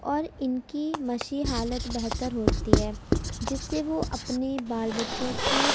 اور ان کی مشی حالت بہتر ہوتی ہے جس سے وہ اپنی بال بچوں کے